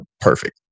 perfect